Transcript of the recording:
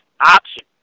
option